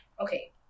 okay